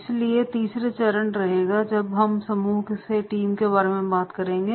इसलिए तीसरा चरण रहेगा जब हम समूह से टीम की बात करेंगे